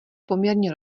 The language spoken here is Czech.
poměrně